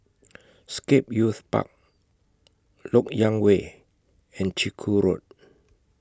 Scape Youth Park Lok Yang Way and Chiku Road